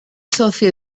socio